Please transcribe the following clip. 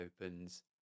opens